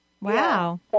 Wow